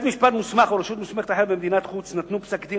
אם בית-משפט מוסמך או רשות מוסמכת אחרת במדינת חוץ נתנו פסק-דין